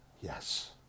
Yes